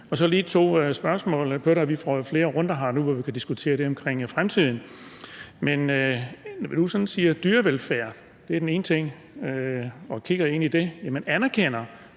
jeg lige to spørgsmål, vi får jo flere runder nu, hvor vi kan diskutere det om fremtiden. Når nu ordføreren siger dyrevelfærd – og det er den ene ting – og vi kigger på det, anerkender